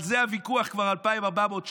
על זה הוויכוח כבר אלפיים ארבע מאות שנה.